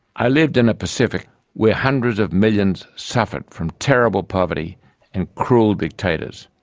i lived in a pacific where hundreds of millions suffered from terrible poverty and cruel dictators,